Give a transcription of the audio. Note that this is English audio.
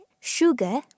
sugar